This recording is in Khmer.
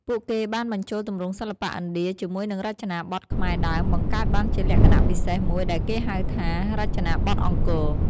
ពួកគេបានបញ្ចូលទម្រង់សិល្បៈឥណ្ឌាជាមួយនឹងរចនាបថខ្មែរដើម បង្កើតបានជាលក្ខណៈពិសេសមួយដែលគេហៅថា "រចនាបថអង្គរ"។